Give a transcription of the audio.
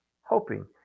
hoping